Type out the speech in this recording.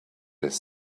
his